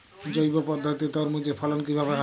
জৈব পদ্ধতিতে তরমুজের ফলন কিভাবে হয়?